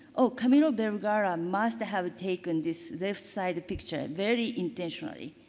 oh, camilo vergara must have taken this left side picture very intentionally.